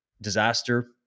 disaster